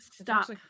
Stop